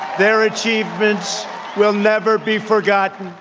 their achievements will never be forgotten.